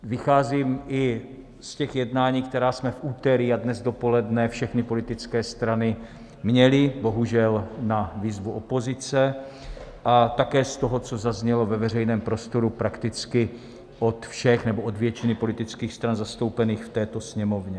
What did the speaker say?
Vycházím i z jednání, která jsme v úterý a dnes dopoledne, všechny politické strany, měli bohužel na výzvu opozice, a také z toho, co zaznělo ve veřejném prostoru prakticky od všech nebo od většiny politických stran zastoupených v této Sněmovně.